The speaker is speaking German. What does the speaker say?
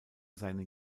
seinen